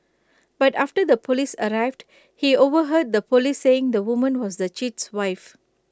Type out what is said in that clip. but after the Police arrived he overheard the Police saying the woman was the cheat's wife